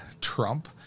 Trump